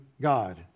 God